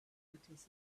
participate